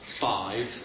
five